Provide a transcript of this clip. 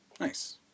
nice